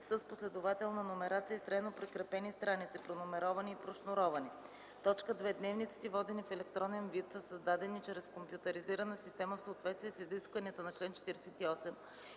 с последователна номерация и с трайно прикрепени страници (прономеровани и прошнуровани); 2. дневниците, водени в електронен вид, са създадени чрез компютъризирана система в съответствие с изискванията на чл. 48